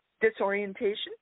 disorientation